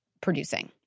producing